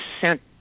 sent